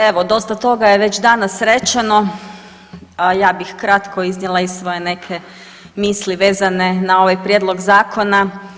Evo dosta toga je već danas rečeno, a ja bih kratko iznijela i svoje neke misli vezane na ovaj prijedlog zakona.